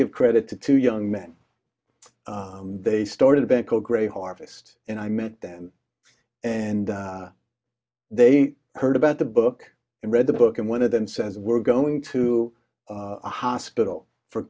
give credit to two young men they started a band called gray harvest and i met them and they heard about the book and read the book and one of them says we're going to a hospital for